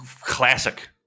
classic